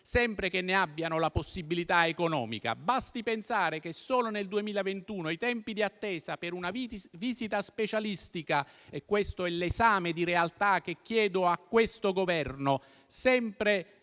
sempre che ne abbiano la possibilità economica. Basti pensare che, sempre nel 2021, i tempi d'attesa per una visita specialistica - questo è l'esame di lealtà che chiedo al Governo